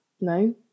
No